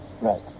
Right